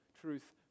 truth